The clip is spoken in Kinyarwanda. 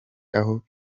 aho